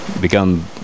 become